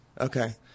Okay